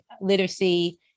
literacy